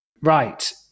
Right